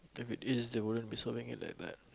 if it is they wouldn't be selling it that bad